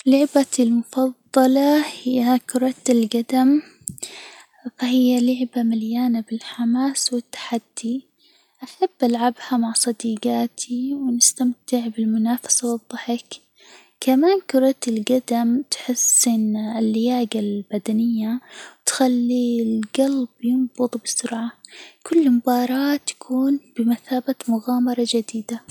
لعبتي المفضلة هي كرة الجدم، فهي لعبة مليانة بالحماس، والتحدي، أحب ألعبها مع صديجاتي، ونستمتع بالمنافسة، والضحك، كمان كرة الجدم تحس إن اللياجة البدنية تخلي الجلب ينبض بسرعة، كل مباراة تكون بمثابة مغامرة جديدة.